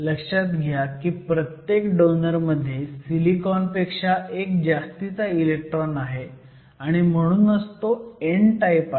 लक्षात घ्या की प्रत्येक डोनर मध्ये सिलिकॉनपेक्षा एक जास्तीचा इलेक्ट्रॉन आहे आणि म्हणूनच तो n टाईप आहे